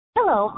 Hello